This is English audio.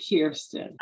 Kirsten